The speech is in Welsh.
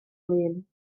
lun